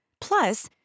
Plus